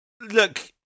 Look